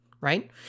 right